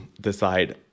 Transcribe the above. decide